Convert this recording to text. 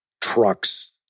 trucks